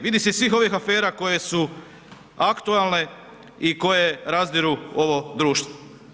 Vidi se iz svih ovih afera koje su aktualne i koje razdiru ovo društvo.